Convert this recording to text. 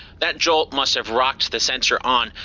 that jolt must have rocked the sensor on.